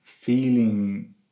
feeling